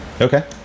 Okay